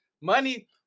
money